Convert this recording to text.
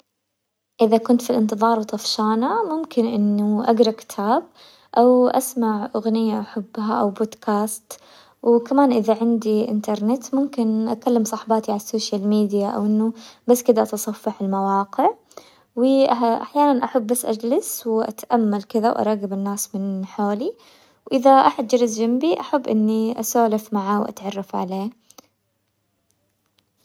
إذا كنت في الانتظار وطفشانة ممكن إنه أقرا كتاب، أو أسمع أغنية احبهان أو بودكاست، وكمان إذا عندي انترنت ممكن أكلم صاحباتي عالسوشيال ميديا، أو إنه بس كذا أتصفح المواقع. أحيانا أحب اني بس أجلس وأتأمل كذا، وأراقب الناس من حولي، وإذا أحد جلس جنبي، أحب إني اسولف معاه وأتعرف عليه.